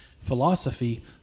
philosophy